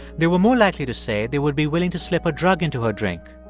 they were more likely to say they would be willing to slip a drug into her drink.